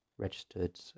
registered